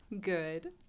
Good